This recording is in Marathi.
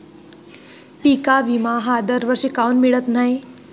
पिका विमा हा दरवर्षी काऊन मिळत न्हाई?